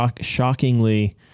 shockingly